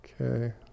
Okay